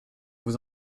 vous